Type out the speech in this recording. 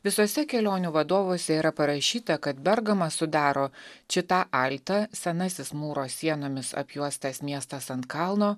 visose kelionių vadovuose yra parašyta kad bergamą sudaro čita alta senasis mūro sienomis apjuostas miestas ant kalno